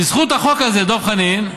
בזכות החוק הזה, דב חנין,